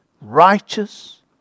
righteous